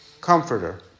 comforter